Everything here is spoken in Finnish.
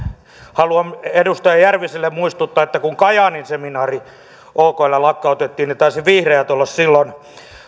haluan edustaja järviselle muistuttaa että kun kajaanin okl lakkautettiin niin taisivat vihreät olla silloin